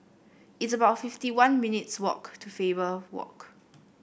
it's about fifty one minutes' walk to Faber Walk